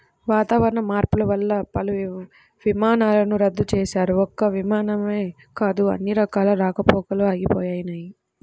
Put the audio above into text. వాతావరణ మార్పులు వల్ల పలు విమానాలను రద్దు చేశారు, ఒక్క విమానాలే కాదు అన్ని రకాల రాకపోకలూ ఆగిపోయినయ్